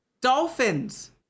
dolphins